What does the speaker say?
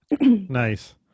nice